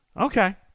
Okay